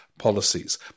policies